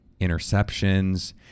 interceptions